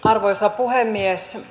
arvoisa puhemies